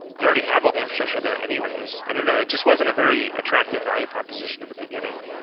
you already have all the infrastructure there anyways. i don't know. it just wasn't a very attractive value proposition at the beginning,